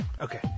Okay